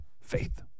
Faith